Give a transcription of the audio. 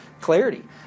clarity